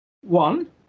One